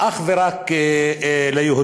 אך ורק ליהודים,